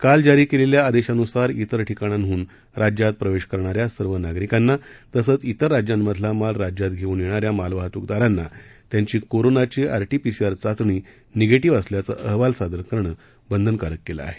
काल जारी केलेल्या आदेशानुसार इतर ठिकाणांहून राज्यात प्रवेश करणाऱ्या सर्व नागरिकांना तसंव इतर राज्यांमधला माल राज्यात घेऊन येणाऱ्या मालवाहतूकदारांना त्यांची कोरोनाची आरटीपीसीआर चाचणी निगेटीव्ह असल्याचा अहवाल सादर करणं बंधनकारक केलं आहे